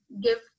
give